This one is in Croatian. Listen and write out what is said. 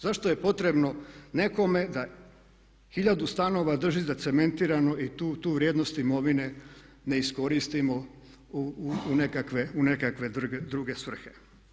Zašto je potrebno nekome da hiljadu stanova drži zacementirano i tu vrijednost imovine ne iskoristimo u nekakve druge svrhe.